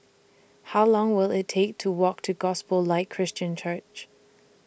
How Long Will IT Take to Walk to Gospel Light Christian Church